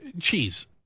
cheese